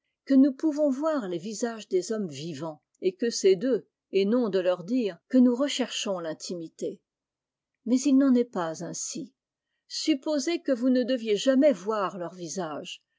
que nous pouvons voir les visages des hommes vivants et que c'est d'eux et non de leurs dires que nous recherchons l'intimité mais il n'en est pas ainsi suppo v sez que vous ne deviez jamais voir leurs visages